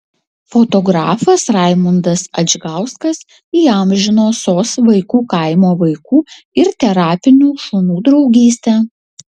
fotografas raimundas adžgauskas įamžino sos vaikų kaimo vaikų ir terapinių šunų draugystę